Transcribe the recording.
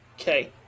okay